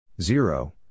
Zero